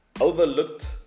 overlooked